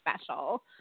special